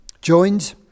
joined